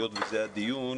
היות וזה הדיון,